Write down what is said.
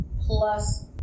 plus